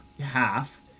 half